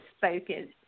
focused